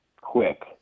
quick